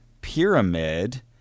pyramid